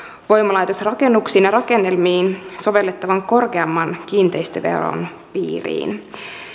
voimalaitosrakennuksiin ja rakennelmiin sovellettavan korkeamman kiinteistöveron piiriin